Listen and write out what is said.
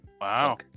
Wow